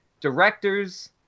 directors